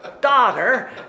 daughter